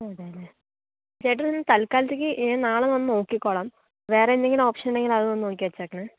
അതെയല്ലേ ചേട്ടനൊന്നു തൽക്കാലത്തേക്ക് നാളെ വന്നു നോക്കിക്കോളാം വേറെ എന്തെങ്കിലും ഓപ്ഷനുണ്ടെങ്കിൽ അതും ഒന്നു നോക്കി വെച്ചേക്കണേ